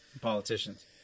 politicians